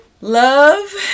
Love